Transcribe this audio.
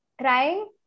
crying